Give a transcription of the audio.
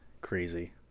crazy